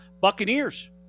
Buccaneers